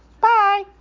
Bye